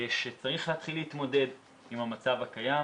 שצריך להתחיל להתמודד עם המצב הקיים.